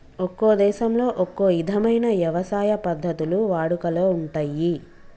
ఒక్కో దేశంలో ఒక్కో ఇధమైన యవసాయ పద్ధతులు వాడుకలో ఉంటయ్యి